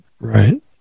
Right